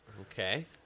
Okay